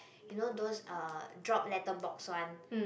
you know those drop letter box one